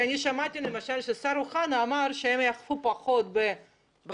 שמעתי למשל שהשר אוחנה אמר שהם יאכפו פחות ברחוב